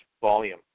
volume